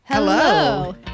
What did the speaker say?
Hello